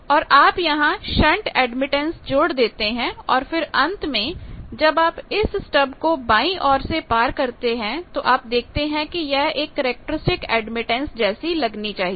और आप यहां शंटएडमिटेंस जोड़ देते हैं और फिर अंत में जब आप इस स्टब को बायीं और से पार करते हैं तो आप देखते हैं कि यह एक कैरेक्टरिस्टिक एडमिटेंस जैसी लगनी चाहिए